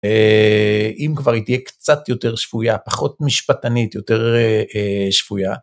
אם כבר היא תהיה קצת יותר שפויה, פחות משפטנית, יותר שפויה.